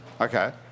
Okay